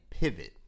pivot